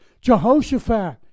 Jehoshaphat